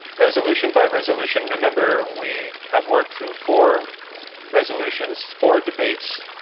resolution by resolution. remember, we have worked through four resolutions four debates.